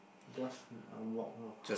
just uh walk lor